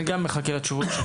אני גם מחכה לתשובות.